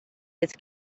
its